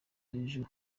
b’ejo